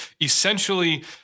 essentially